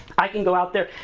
i can go out there,